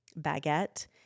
baguette